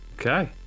Okay